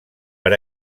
per